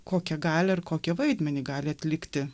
kokią galią ir kokį vaidmenį gali atlikti